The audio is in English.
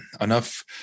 enough